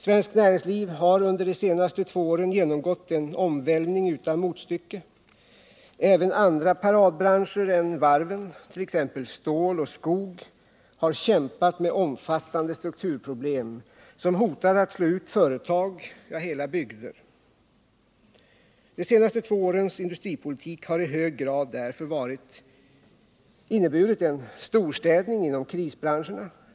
Svenskt näringsliv har under de senaste två åren genomgått en omvälvning utan motstycke. Även andra paradbranscher, som stål och skog, har kämpat med omfattande strukturproblem, som hotat slå ut företag och hela bygder. De senaste två årens industripolitik har därför i hög grad inneburit en storstädning inom krisbranscherna.